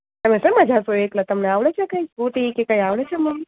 તમે શેમાં જશો એકલા તમને આવડે છે કાંઈ સ્કૂટી કે કાંઈ આવડે છે મમ્મી